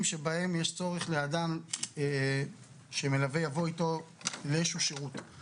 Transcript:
שבהם יש צורך לאדם שמלווה יבוא איתו לאיזשהו שרות.